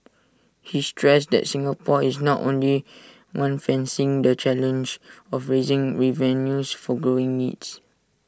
he stressed that Singapore is not only one facing the challenge of raising revenues for growing needs